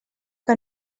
que